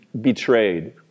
betrayed